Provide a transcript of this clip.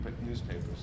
newspapers